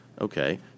okay